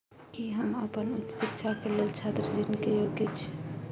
की हम अपन उच्च शिक्षा के लेल छात्र ऋण के योग्य छियै?